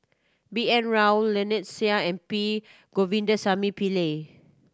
B N Rao Lynnette Seah and P Govindasamy Pillai